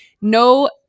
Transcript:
no